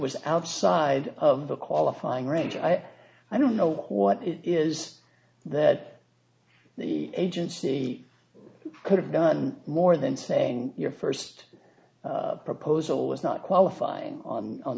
was outside of the qualifying range i don't know what it is that the agency could have done more than say your first proposal is not qualifying on on